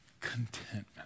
contentment